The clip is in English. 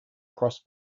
cross